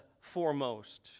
foremost